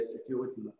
security